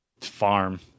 farm